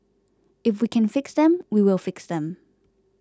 if we can fix them we will fix them